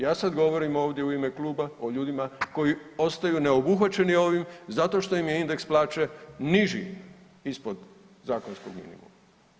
Ja sad govorim ovdje u ime kluba o ljudima koji ostaju neobuhvaćeni ovim zato što im je indeks plaće niži ispod zakonskog minimuma.